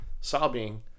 sobbing